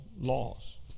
laws